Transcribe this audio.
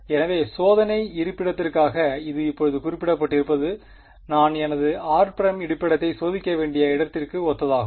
எனவே சோதனை இருப்பிடத்திற்காக இது இப்போது குறிப்பிடப்பட்டிருப்பது நான் எனது r′ இருப்பிடத்தை சோதிக்க வேண்டிய இடத்திற்கு ஒத்ததாகும்